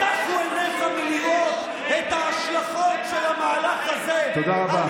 הטחו עיניך מלראות את ההשלכות של המהלך הזה תודה רבה.